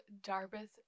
Darbus